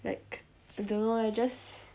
like I don't know leh I just